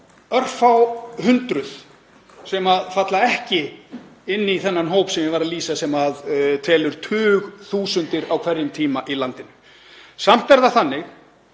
örfá hundruð sem ekki falla inn í þennan hóp sem ég var að lýsa, sem telur tugþúsund á hverjum tíma í landinu. Samt er það þannig